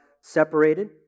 separated